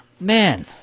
Man